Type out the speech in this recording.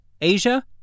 Asia